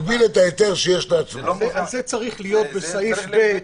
זה צריך להיות בסעיף (ב)